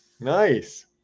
Nice